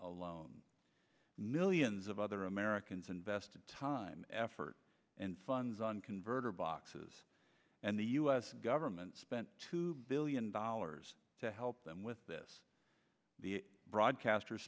alone millions of other americans invested time effort and funds on converter boxes and the u s government spent two billion dollars to help them with this the broadcasters